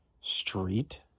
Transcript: Street